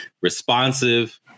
responsive